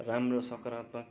राम्रो सकारात्मक